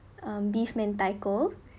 um beef mentaiko